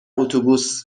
اتوبوس